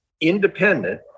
independent